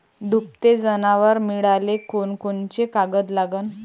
दुभते जनावरं मिळाले कोनकोनचे कागद लागन?